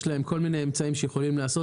יש להם כל מיני אמצעים שהם יכולים לעשות